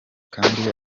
kandi